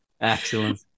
Excellent